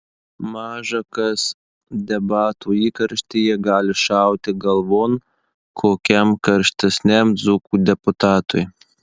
maža kas debatų įkarštyje gali šauti galvon kokiam karštesniam dzūkų deputatui